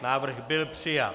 Návrh byl přijat.